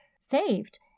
saved